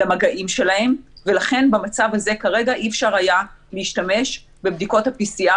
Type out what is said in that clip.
למגעים שלהם ולכן במצב הזה כרגע אי אפשר היה להשתמש בבדיקות ה-PCR